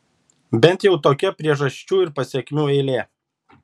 bent jau tokia priežasčių ir pasekmių eilė